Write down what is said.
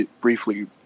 briefly